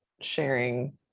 sharing